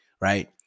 right